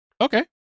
okay